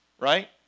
right